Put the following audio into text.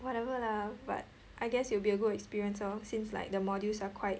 whatever lah but I guess it will be a good experience lor seems like the modules are quite